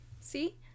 See